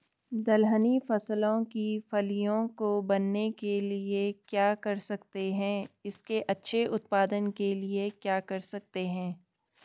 दलहनी फसलों की फलियों को बनने के लिए क्या कर सकते हैं इसके अच्छे उत्पादन के लिए क्या कर सकते हैं?